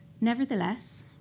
Nevertheless